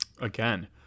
Again